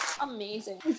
amazing